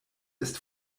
ist